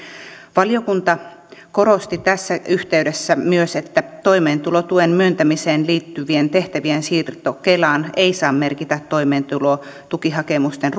valiokunta korosti tässä yhteydessä myös että toimeentulotuen myöntämiseen liittyvien tehtävien siirto kelaan ei saa merkitä toimeentulotukihakemusten